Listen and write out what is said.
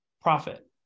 profit